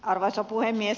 arvoisa puhemies